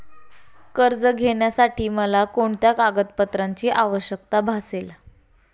कर्ज घेण्यासाठी मला कोणत्या कागदपत्रांची आवश्यकता भासेल?